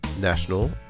National